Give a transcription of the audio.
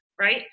right